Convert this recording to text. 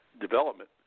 development